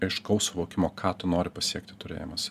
aiškaus suvokimo ką tu nori pasiekti turėjimas